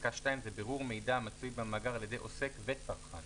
פסקה (2) זה "בירור מידע המצוי במאגר על ידי עוסק וצרכן".